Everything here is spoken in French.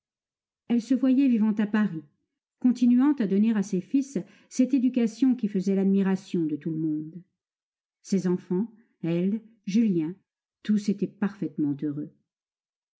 elle se voyait vivant à paris continuant à donner à ses fils cette éducation qui faisait l'admiration de tout le monde ses enfants elle julien tous étaient parfaitement heureux